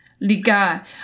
Liga